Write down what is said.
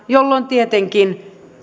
tietenkin